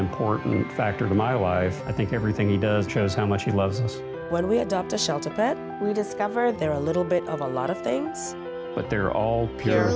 important factor to my life i think everything he does chose how much he loves us when we adopt a shelter but we discover they're a little bit of a lot of things but they're all pure